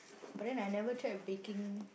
but then I never tried baking